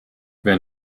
wer